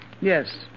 Yes